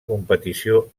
competició